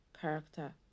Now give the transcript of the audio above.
character